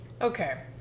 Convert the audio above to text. Okay